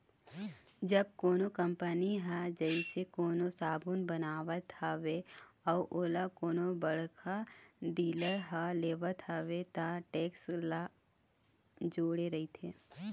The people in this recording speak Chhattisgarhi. जब कोनो कंपनी ह जइसे कोनो साबून बनावत हवय अउ ओला कोनो बड़का डीलर ह लेवत हवय त टेक्स ह जूड़े रहिथे